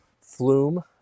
Flume